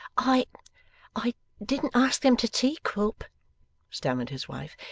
i i didn't ask them to tea, quilp stammered his wife.